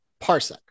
Parsec